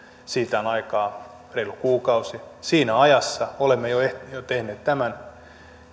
siitä on aikaa reilu kuukausi siinä ajassa olemme jo tehneet tämän